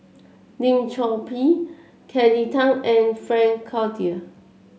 Lim Chor Pee Kelly Tang and Frank Cloutier